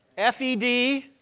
f, e, d,